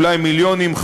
אולי מיליונים,